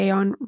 on